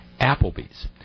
Applebee's